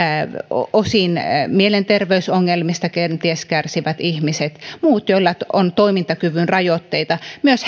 osin mielenterveysongelmista kenties kärsivät ihmiset muut joilla on toimintakyvyn rajoitteita myös